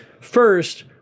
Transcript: first